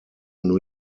new